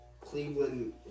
Cleveland